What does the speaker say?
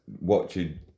watching